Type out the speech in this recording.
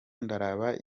ndaraba